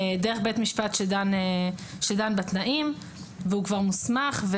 בית משפט שדן בתנאים ושכבר מוסמך.